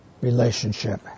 relationship